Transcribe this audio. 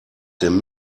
dem